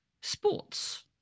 sports